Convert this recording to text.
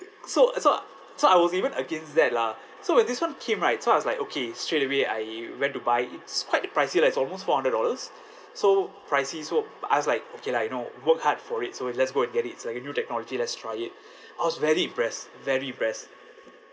so so so I was even against that lah so when this [one] came right so I was like okay straight away I went to buy it's quite pricey lah it's almost four hundred dollars so pricey so I was like okay lah you know work hard for it so let's go and get it it's like a new technology let's try it I was very impressed very impressed